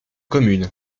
communes